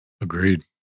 Agreed